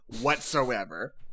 whatsoever